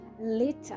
later